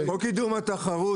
חוק קידום התחרות,